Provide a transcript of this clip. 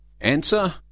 Answer